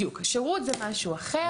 שירות זה משהו אחר.